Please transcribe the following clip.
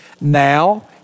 Now